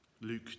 Luke